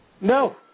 No